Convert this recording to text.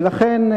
ולכן,